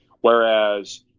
whereas